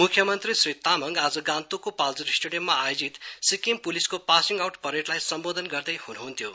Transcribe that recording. म्ख्यमन्त्री श्री तामङ आज गान्तोकको पाल्जर स्टेडियममा आयोजित सिक्किम पुलिसको पासिङ आउट परेडलाई सम्बोधन गर्दै ह्नुह्न्थ्यो